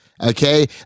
Okay